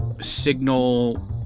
signal